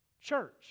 church